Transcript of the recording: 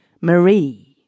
Marie